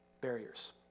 barriers